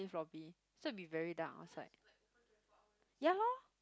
lift lobby so it'll be very dark outside ya lor